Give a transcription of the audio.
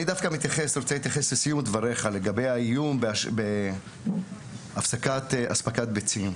אני רוצה להתייחס לסיום דבריך לגבי האיום בהפסקת אספקת ביצים.